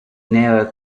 never